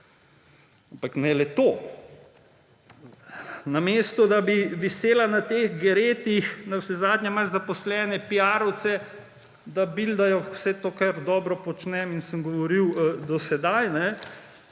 ne le to. Namesto, da bi visela na teh geretih, navsezadnje imaš zaposlene piarovce, da buildajo vse to, kar dobro počnem in sem govoril do sedaj,